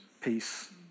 peace